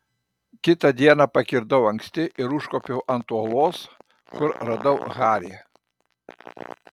kitą dieną pakirdau anksti ir užkopiau ant uolos kur radau harį